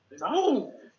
No